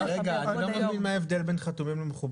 רגע אני לא מבין מה ההבדל בין מחוברים לחתומים.